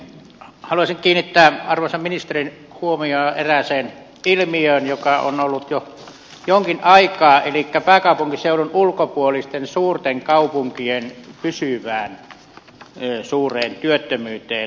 haluaisin kiinnittää arvoisan ministerin huomion erääseen ilmiöön joka on ollut jo jonkin aikaa elikkä pääkaupunkiseudun ulkopuolisten suurten kaupunkien pysyvään suureen työttömyyteen